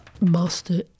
master